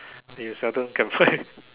they seldom can buy